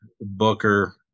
Booker